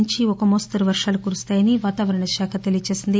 నుంచి ఓ మోస్తరు వర్హలు కురుస్తాయని వాతావరణ శాఖ తెలియచేసింది